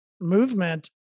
movement